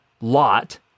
lot